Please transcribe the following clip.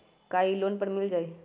का इ लोन पर मिल जाइ?